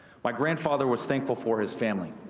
my grandfather was thankful for his family.